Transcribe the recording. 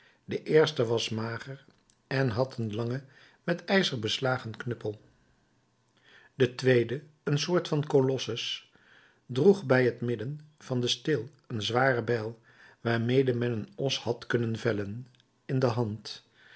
de eerste was mager en had een langen met ijzer beslagen knuppel de tweede een soort van kolossus droeg bij het midden van den steel een zware bijl waarmede men een os had kunnen vellen in de hand